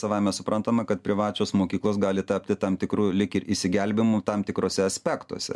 savaime suprantama kad privačios mokyklos gali tapti tam tikru lyg ir išsigelbėjimu tam tikruose aspektuose